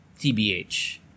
tbh